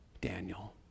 Daniel